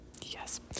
yes